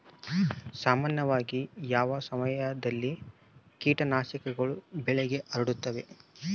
ಸಾಮಾನ್ಯವಾಗಿ ಯಾವ ಸಮಯದಲ್ಲಿ ಕೇಟನಾಶಕಗಳು ಬೆಳೆಗೆ ಹರಡುತ್ತವೆ?